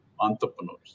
entrepreneurs